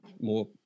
more